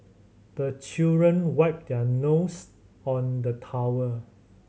the children wipe their nose on the towel